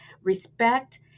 respect